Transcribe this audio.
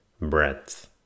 breadth